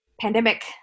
pandemic